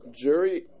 jury